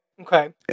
Okay